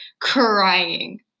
crying